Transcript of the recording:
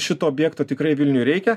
šito objekto tikrai vilniui reikia